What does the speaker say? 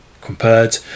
compared